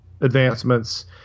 advancements